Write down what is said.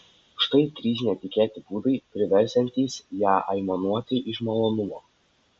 štai trys netikėti būdai priversiantys ją aimanuoti iš malonumo